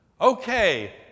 Okay